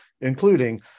including